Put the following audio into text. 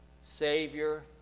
Savior